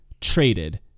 traded